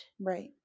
Right